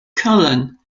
cullen